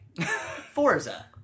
Forza